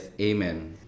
amen